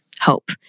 Hope